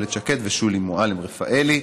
איילת שקד ושולי מועלם-רפאלי.